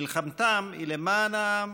מלחמתם היא למען העם,